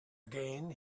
again